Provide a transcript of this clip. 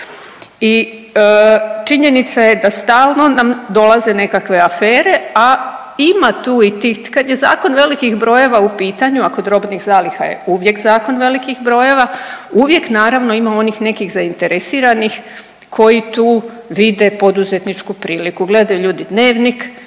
I činjenica je da stalno nam dolaze nekakve afere, a ima tu i tih, kad je zakon velikih brojeva u pitanju, a kod robnih zaliha je uvijek zakon velikih brojeva, uvijek naravno ima onih nekih zainteresiranih koji tu vide poduzetničku priliku. Gledaju ljudi dnevnik